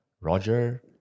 Roger